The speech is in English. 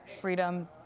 freedom